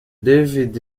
david